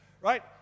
Right